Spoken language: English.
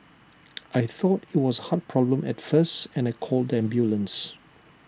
I thought IT was A heart problem at first and I called the ambulance